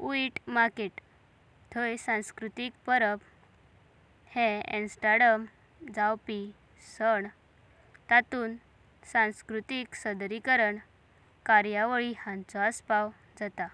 उतिमार्कांत थयची (संस्कृतिक परब) अनाम्स्टरडाम हांगा जावपी सण। ततूंता संस्कृतिक सदरीकरण, आनी कार्यावलिंचो अस्पाव जाता।